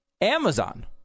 Amazon